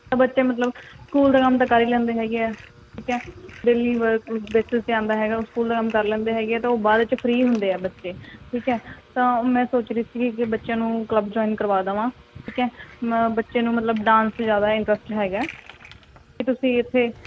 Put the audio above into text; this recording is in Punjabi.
ਤਾਂ ਬੱਚੇ ਮਤਲਬ ਸਕੂਲ ਦਾ ਕੰਮ ਤਾਂ ਕਰ ਹੀ ਲੈਂਦੇ ਹੈਗੇ ਹੈ ਠੀਕ ਹੈ ਡੇਲੀ ਵਰਕ ਬੇਸਿਸ 'ਤੇ ਆਉਂਦਾ ਹੈਗਾ ਉਹ ਸਕੂਲ ਕੰਮ ਕਰ ਲੈਂਦੇ ਹੈਗੇ ਹੈ ਤਾਂ ਉਹ ਬਾਅਦ 'ਚ ਫ੍ਰੀ ਹੁੰਦੇ ਆ ਬੱਚੇ ਠੀਕ ਹੈ ਤਾਂ ਮੈਂ ਸੋਚ ਰਹੀ ਸੀਗੀ ਕਿ ਬੱਚਿਆਂ ਨੂੰ ਕਲੱਬ ਜੁਆਇਨ ਕਰਵਾ ਦੇਵਾਂ ਠੀਕ ਹੈ ਮ ਬੱਚੇ ਨੂੰ ਮਤਲਬ ਡਾਂਸ 'ਚ ਜ਼ਿਆਦਾ ਇੰਟਰਸਟ ਹੈਗਾ ਅਤੇ ਤੁਸੀਂ ਇੱਥੇ